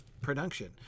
production